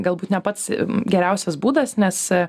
galbūt ne pats geriausias būdas nes